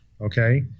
Okay